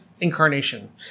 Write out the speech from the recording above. incarnation